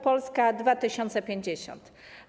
Polska 2050.